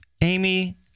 Amy